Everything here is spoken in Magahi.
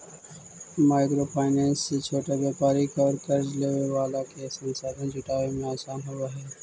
माइक्रो फाइनेंस से छोटा व्यापारि औउर कर्ज लेवे वाला के संसाधन जुटावे में आसान होवऽ हई